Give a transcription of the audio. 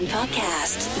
Podcast